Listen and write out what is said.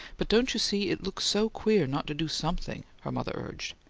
but don't you see, it looks so queer, not to do something? her mother urged.